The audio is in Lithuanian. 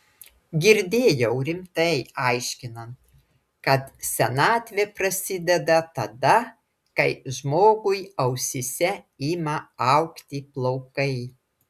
girdėjau rimtai aiškinant kad senatvė prasideda tada kai žmogui ausyse ima augti plaukai